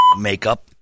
makeup